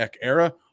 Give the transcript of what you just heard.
era